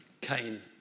cain